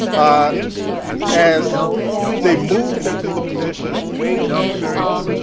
ah as they moved into the position of wage laborers,